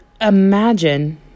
Imagine